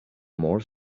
more